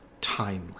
timely